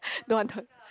don't want t~